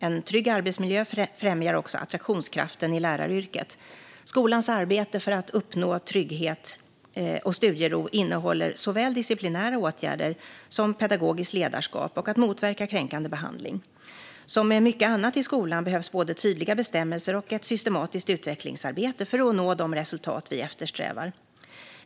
En trygg arbetsmiljö främjar också attraktionskraften i läraryrket. Skolans arbete för att uppnå trygghet och studiero innehåller såväl disciplinära åtgärder som pedagogiskt ledarskap och att motverka kränkande behandling. Som med mycket annat i skolan behövs både tydliga bestämmelser och ett systematiskt utvecklingsarbete för att nå de resultat vi eftersträvar.